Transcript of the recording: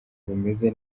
bumeze